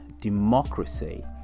democracy